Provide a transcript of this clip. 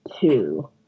two